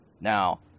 Now